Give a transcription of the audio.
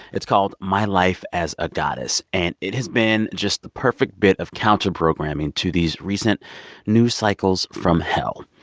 it's called my life as a goddess, and it has been just the perfect bit of counterprogramming to these recent news cycles from hell.